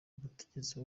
abategetsi